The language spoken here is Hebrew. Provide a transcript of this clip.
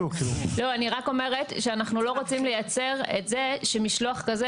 אני רק אומרת שאנחנו לא רוצים לייצר את זה שמשלוח כזה